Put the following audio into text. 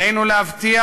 עלינו להבטיח,